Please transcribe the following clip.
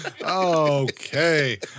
Okay